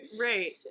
Right